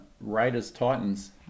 Raiders-Titans